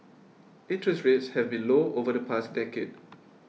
interest rates have been low over the past decade